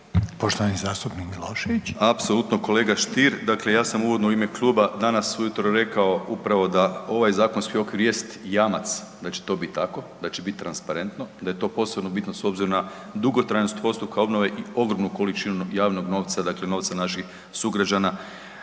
Poštovani zastupnik Milošević.